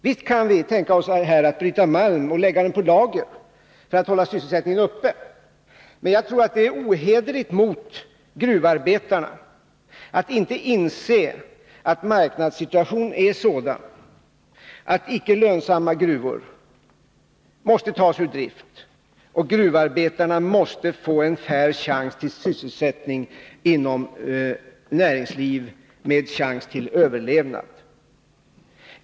Visst kan vi tänka oss att bryta malm och lägga på lager för att hålla sysselsättningen uppe. Men jag tycker att det är ohederligt mot gruvarbetarna att inte inse att marknadssituationen är sådan att icke lönsamma gruvor måste tas ur drift och att gruvarbetarna måste få en fair chans till sysselsättning inom ett näringsliv med chans till överlevnad.